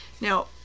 Now